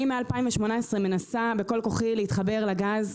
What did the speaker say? אני מ-2018 מנסה בכל כוחי להתחבר לגז,